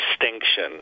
extinction